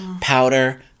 powder